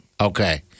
Okay